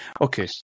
Okay